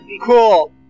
cool